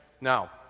Now